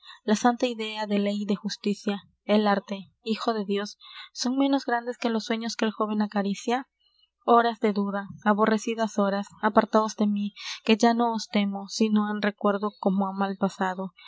la santa idea de ley y de justicia el arte hijo de dios son ménos grandes que los sueños que el jóven acaricia horas de duda aborrecidas horas apartaos de mí que ya no os temo sino en recuerdo como á mal pasado